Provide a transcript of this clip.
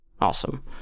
Awesome